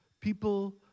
People